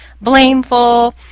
blameful